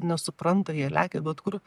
nesupranta jie lekia bet kur